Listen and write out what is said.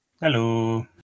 Hello